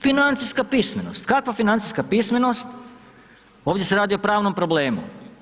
Financijska pismenost, kakva financijska pismenost, ovdje se radi o pravnom problemu.